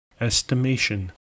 Estimation